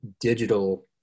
digital